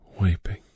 wiping